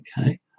okay